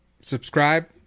subscribe